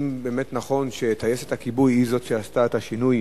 אם נכון שטייסת הכיבוי היא שעשתה את השינוי